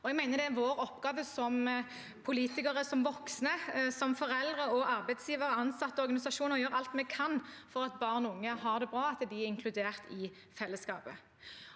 det er vår oppgave som politikere, voksne, foreldre, arbeidsgivere, ansatte og organisasjoner å gjøre alt vi kan for at barn og unge har det bra, og at de er inkludert i fellesskapet.